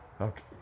Okay